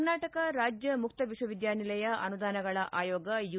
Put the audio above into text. ಕರ್ನಾಟಕ ರಾಜ್ಯ ಮುಕ್ತ ವಿಶ್ವ ವಿದ್ಯಾನಿಲಯ ಅನುದಾನಗಳ ಆಯೋಗ ಯು